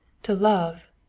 to love,